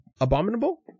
Abominable